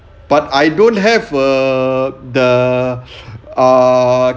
but I don't have a the uh